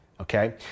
Okay